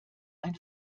ein